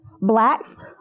blacks